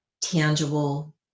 tangible